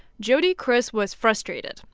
jody kriss was frustrated.